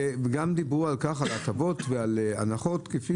גם דיברו על הטבות והנחות כפי